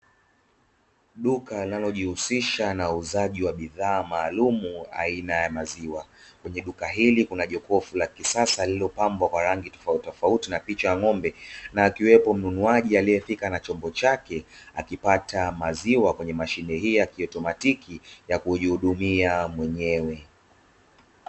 Duka linalo jihusisha na uuzaji wa bidhaa maalumu aina ya maziwa, kwenye duka hili kuna jokofu la kisasa lililopambwa kwa rangi tofauti na picha ya ng'ombe, na akiwepo mnunuaji aliyefika na chombo chake akipata maziwa kwenye mashine hii ya kiotomatiki ya kujihudumia mwenyewe.